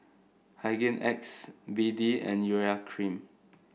Hygin X B D and Urea Cream